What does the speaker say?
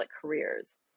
careers